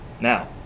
Now